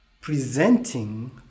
presenting